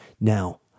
Now